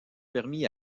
permis